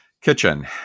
Kitchen